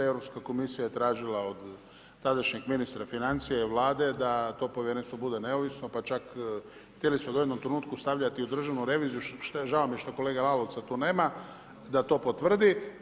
Europska komisija je tražila od tadašnjeg ministra financija ili Vlade da to povjerenstvo bude neovisno pa čak htjeli su ga u jednom trenutku stavljati u državnu reviziju što je, žao mi je što kolege Lalovca to nema da to potvrdi.